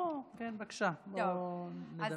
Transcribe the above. בבקשה, נמשיך.